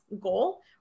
goal